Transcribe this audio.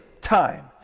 time